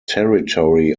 territory